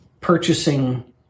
purchasing